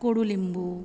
कोडू लिंबू